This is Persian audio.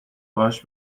باهاش